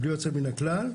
בלי יוצא מן הכלל.